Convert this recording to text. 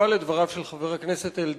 בתגובה לדבריו של חבר הכנסת אלדד,